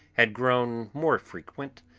had grown more frequent,